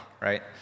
right